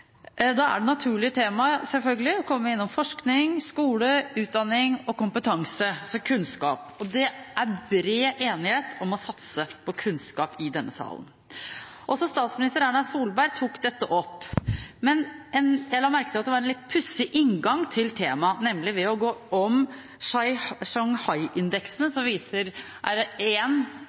Da er selvfølgelig naturlige temaer å komme innom forskning, skole, utdanning og kompetanse, altså kunnskap, og det er i denne salen bred enighet om å satse på kunnskap. Også statsminister Erna Solberg tok dette opp. Men jeg la merke til at det var en litt pussig inngang til temaet, nemlig ved å gå om Shanghai-indeksen, som er